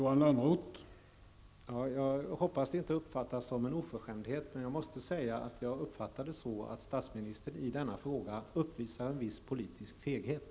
Herr talman! Jag hoppas att det inte uppfattas som en oförskämdhet, men jag uppfattar att statsministern i denna fråga uppvisar en viss politisk feghet.